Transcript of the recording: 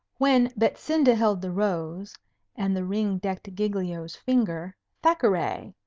when betsinda held the rose and the ring decked giglio's finger thackeray!